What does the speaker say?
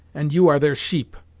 and you are their sheep.